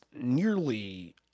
nearly